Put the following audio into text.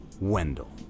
Wendell